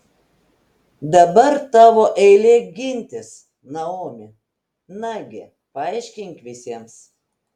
dabar tavo eilė gintis naomi nagi paaiškink visiems